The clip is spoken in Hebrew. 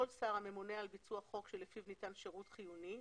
כל שר הממונה על ביצוע חוק שלפיו ניתן שירות חיוני,